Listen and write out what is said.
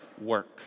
work